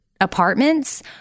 apartments